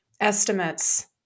estimates